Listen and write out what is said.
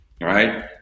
right